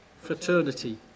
fraternity